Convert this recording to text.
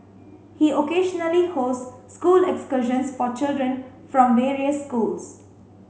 he occasionally hosts school excursions for children from various schools